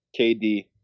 KD